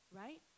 right